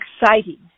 exciting